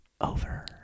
over